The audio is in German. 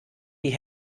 die